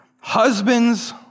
Husbands